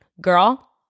Girl